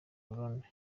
burundi